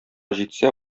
җитсә